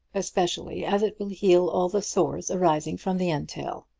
especially as it will heal all the sores arising from the entail.